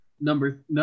number